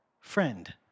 friend